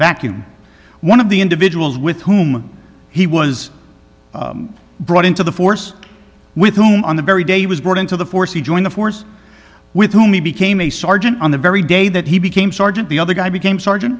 vacuum one of the individuals with whom he was brought into the force with whom on the very day he was brought into the force he joined the force with whom he became a sergeant on the very day that he became sergeant the other guy became sergeant